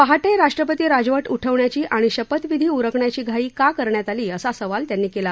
पहाटे राष्ट्रपती राजवट उठवण्याची आणि शपथविधी उरकण्याची घाई का करण्यात आली असा सवाल त्यांनी केला